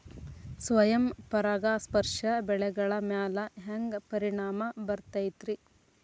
ಸ್ವಯಂ ಪರಾಗಸ್ಪರ್ಶ ಬೆಳೆಗಳ ಮ್ಯಾಲ ಹ್ಯಾಂಗ ಪರಿಣಾಮ ಬಿರ್ತೈತ್ರಿ?